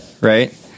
right